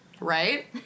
Right